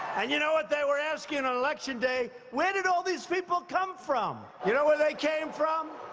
and you know what they were asking on election day? where did all these people come from? you know where they came from?